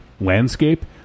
landscape